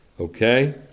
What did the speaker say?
Okay